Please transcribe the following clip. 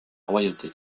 royauté